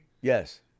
Yes